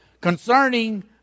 concerning